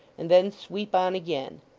and then sweep on again